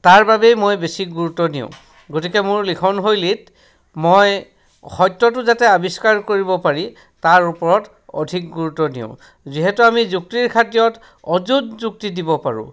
তাৰবাবেই মই বেছি গুৰুত্ব দিওঁ গতিকে মোৰ লিখনশৈলীত মই সত্যটো যাতে আৱিষ্কাৰ কৰিব পাৰি তাৰ ওপৰত অধিক গুৰুত্ব দিওঁ যিহেতু আমি যুক্তিৰ খাতিৰত অযুত যুক্তি দিব পাৰোঁ